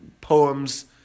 poems